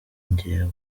njyewe